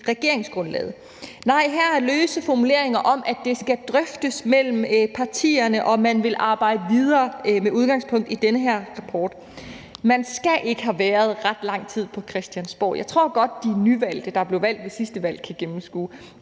regeringsgrundlaget. Nej, her kommer man med løse formuleringer om, at det skal drøftes mellem partierne, og at man vil arbejde videre med udgangspunkt i den her rapport. Man skal ikke have været ret lang tid på Christiansborg for at kunne gennemskue – og det tror jeg godt de nyvalgte, der blev valgt ved sidste valg, kan –